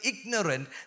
ignorant